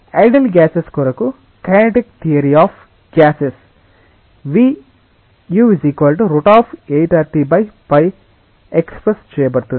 ideal gases కొరకు kinetic theory of gases vu 8RT express చేయబడుతుంది